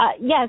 Yes